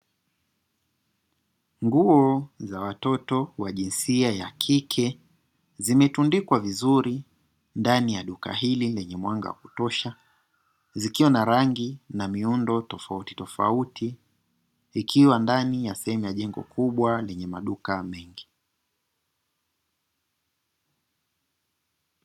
Nguo za watoto wa jinsia ya kike, zimetundikwa vizuri ndani ya duka hili lenye mwanga wa kutosha, zikiwa na rangi na miundo tofautitofauti, ikiwa ndani ya sehemu ya jengo kubwa lenye maduka mengi.